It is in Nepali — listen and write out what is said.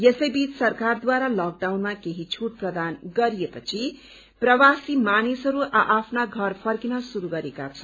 यसै बीच सरकारद्वारा लकडाउनमा केही छूट प्रदान गरिएपछि प्रवासी मानिसहरू आ आफ्ना घर फर्किनु शुरू गरेका छन्